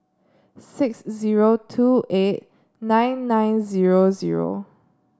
six zero two eight nine nine zero zero